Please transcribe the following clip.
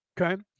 okay